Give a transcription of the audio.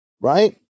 right